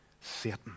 Satan